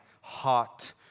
hot